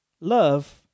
Love